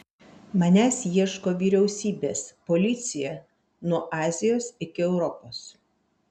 manęs ieško vyriausybės policija nuo azijos iki europos